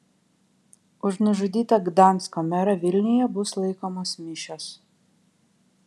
už nužudytą gdansko merą vilniuje bus laikomos mišios